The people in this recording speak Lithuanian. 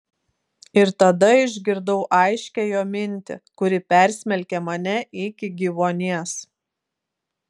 ir tada išgirdau aiškią jo mintį kuri persmelkė mane iki gyvuonies